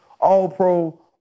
All-Pro